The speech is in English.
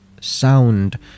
sound